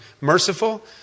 merciful